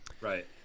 Right